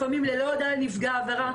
לפעמים ללא הודעה לנפגע העבירה,